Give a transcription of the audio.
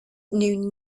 knew